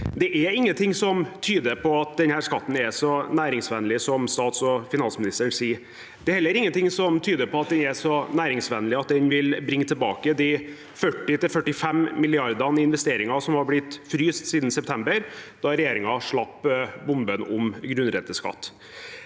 Det er ingenting som tyder på at denne skatten er så næringsvennlig som statsministeren og finansministeren sier. Det er heller ingenting som tyder på at den er så næringsvennlig at den vil bringe tilbake 40–45 mrd. kr i investeringer som var blitt fryst siden september, da regjeringen slapp bomben om grunnrenteskatt.